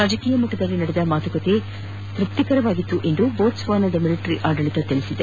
ರಾಜಕೀಯ ಮಟ್ಟದಲ್ಲಿ ನಡೆದ ಮಾತುಕತೆ ತ್ವಪ್ತಿಕರವಾಗಿತ್ತು ಎಂದು ಬೋಟ್ಸ್ವಾನದ ಮಿಲಿಟರಿ ಆಡಳಿತ ತಿಳಿಸಿದೆ